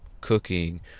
Cooking